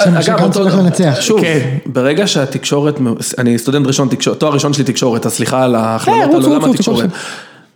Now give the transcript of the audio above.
אגב, שוב, ברגע שהתקשורת, אני סטודנט ראשון, תקשורת, תואר ראשון שלי, תקשורת, סליחה על החלומות הלאומה בתקשורת.